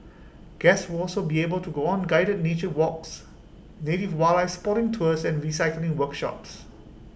guests will also be able to go on guided nature walks native wildlife spotting tours and recycling workshops